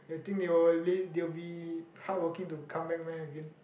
you think they will leave they will be hardworking to come back meh again